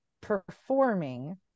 performing